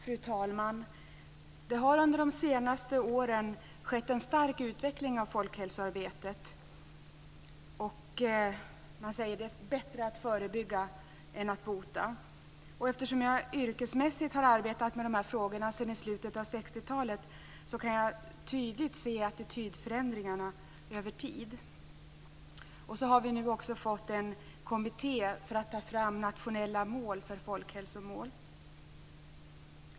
Fru talman! Det har under de senaste åren skett en stark utveckling av folkhälsoarbetet. Man säger att det är bättre att förebygga än att bota. Eftersom jag yrkesmässigt har arbetat med dessa frågor sedan i slutet av 60-talet kan jag tydligt se attitydförändringarna över tid. Vi har nu också fått en kommitté som skall ta fram nationella folkhälsomål.